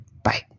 Bye